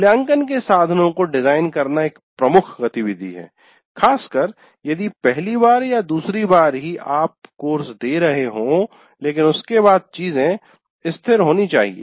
मूल्यांकन के साधनों को डिजाइन करना एक प्रमुख गतिविधि है खासकर यदि पहली बार या दूसरी बार ही आप कोर्स दे रहे हो लेकिन उसके बाद चीजें स्थिर होनी चाहिए